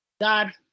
God